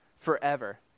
forever